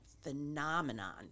phenomenon